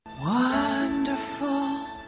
Wonderful